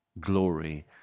glory